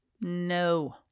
No